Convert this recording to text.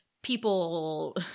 People